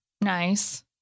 nice